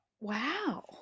Wow